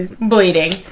Bleeding